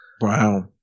Wow